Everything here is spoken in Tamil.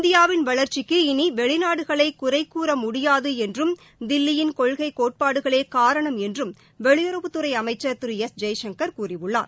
இந்தியாவின் வளர்ச்சிக்கு இனி வெளிநாடுகளை குறை கூற முடியாது என்றும் தில்லியின் கொள்கை கோட்பாடுகளே காரணம் என்றும் வெளியுறவுத் துறை அமைச்சர் திரு எஸ் ஜெய்சங்கர் கூறியுள்ளார்